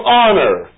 honor